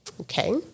Okay